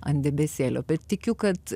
ant debesėlio bet tikiu kad